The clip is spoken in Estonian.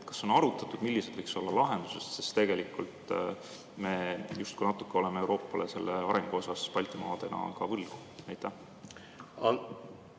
Kas on arutatud, millised võiksid olla lahendused? Sest tegelikult me justkui natuke oleme Euroopale selle arengu osas Baltimaadena võlgu.